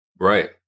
right